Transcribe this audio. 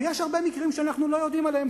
ויש הרבה שאנחנו לא יודעים עליהם,